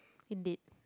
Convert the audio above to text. indeed